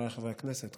חבריי חברי הכנסת,